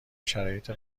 شرایط